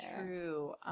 true